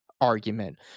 argument